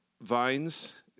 vines